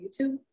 YouTube